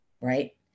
right